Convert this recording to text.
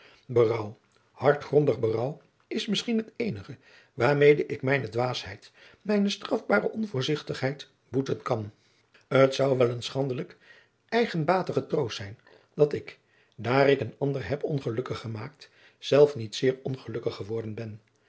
berouw hartgrondig berouw is misschien het eenige waarmede ik mijne dwaasheid mijne strafbare onvoorzigtigheid boeten kan t zou wel een schandelijke eigenbatige troost zijn dat ik daar ik een ander heb ongelukkig gemaakt zelf niet zeer ongelukkig geworden ben